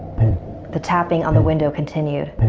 the tapping on the window continued.